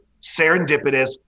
serendipitous